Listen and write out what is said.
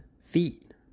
feet